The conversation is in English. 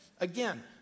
again